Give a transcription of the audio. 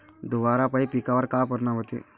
धुवारापाई पिकावर का परीनाम होते?